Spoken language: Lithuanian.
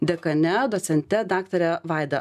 dekane docente daktare vaida